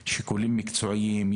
שיקולים מקצועיים,